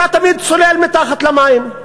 אתה תמיד צולל מתחת למים,